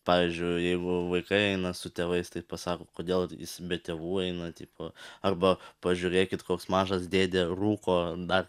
pavyzdžiui jeigu vaikai eina su tėvais tai pasako kodėl jis be tėvų eina tipo arba pažiūrėkit koks mažas dėdė rūko dar